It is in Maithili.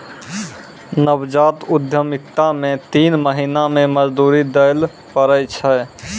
नवजात उद्यमिता मे तीन महीना मे मजदूरी दैल पड़ै छै